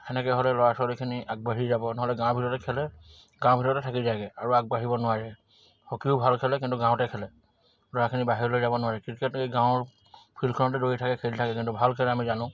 সেনেকে হ'লে ল'ৰা ছোৱালীখিনি আগবাঢ়ি যাব নহ'লে গাঁৱৰ ভিতৰতে খেলে গাঁৱৰ ভিতৰতে থাকি যায়গে আৰু আগবাঢ়িব নোৱাৰে হকীও ভাল খেলে কিন্তু গাঁৱতে খেলে ল'ৰাখিনি বাহিৰলৈ যাব নোৱাৰে ক্ৰিকেট গাঁৱৰ ফিল্ডখনতে দৌৰি থাকে খেলি থাকে কিন্তু ভাল খেলে আমি জানো